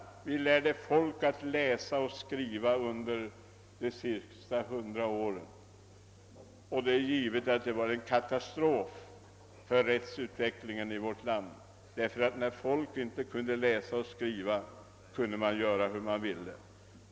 Man har lärt folk att läsa och skriva under de senaste hundra åren, och det är givet att det inneburit en katastrof för rättsutvecklingen — när folk inte kunde läsa och skriva kunde man göra hur man ville.